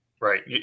right